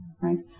right